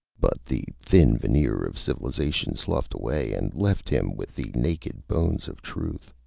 but the thin veneer of civilization sloughed away and left him with the naked bones of truth.